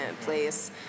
place